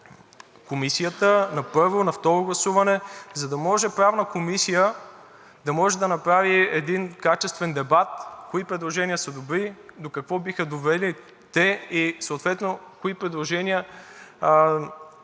Комисията на първо, на второ гласуване, за да може Правната комисия да направи един качествен дебат кои предложения са добри, до какво биха довели те и съответно кои предложения